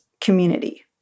community